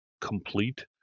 complete